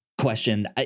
question